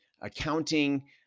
accounting